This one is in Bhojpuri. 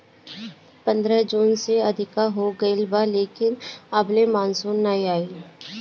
पंद्रह जून से अधिका हो गईल बा लेकिन अबले मानसून नाइ आइल